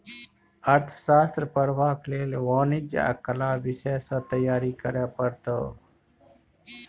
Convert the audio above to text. अर्थशास्त्र पढ़बाक लेल वाणिज्य आ कला विषय सँ तैयारी करय पड़तौ